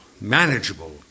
manageable